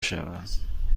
شوم